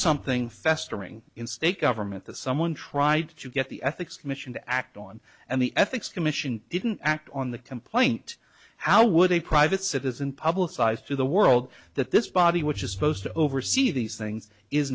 something festering in state government that someone tried to get the ethics commission to act on and the ethics commission didn't act on the complaint how would a private citizen publicize to the world that this body which is supposed to oversee these things is